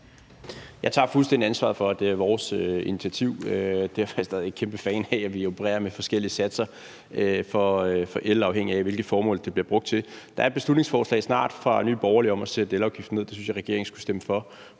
Jeg tager fuldstændig ansvaret for, at det er vores initiativ. Derfor er jeg stadig væk ikke kæmpe fan af, at vi opererer med forskellige satser for el, afhængigt af hvilket formål det bliver brugt til. Der er snart et beslutningsforslag fra Nye Borgerlige om at sætte elafgiften ned. Det synes jeg at regeringen skulle stemme for,